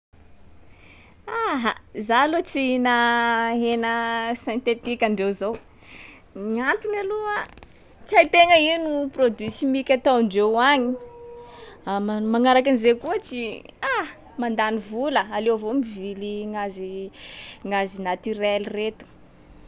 Aha! Zaho aloha tsy hihina hena sentetika andreo zao. Gny antony aloha, tsy hain-tena ino produit chimique ataondreo agny. Ama- magnaraka an’zay koa tsy- aha! mandany vola. Aleo avao mivily gnazy- gnazy naturel reto.